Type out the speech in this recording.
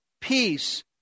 peace